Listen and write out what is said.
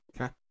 Okay